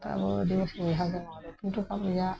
ᱛᱚ ᱟᱵᱚ ᱟᱫᱤᱵᱟᱥᱤ ᱵᱚᱭᱦᱟᱛᱩᱞ ᱨᱟᱠᱟᱵ ᱨᱮᱭᱟᱜ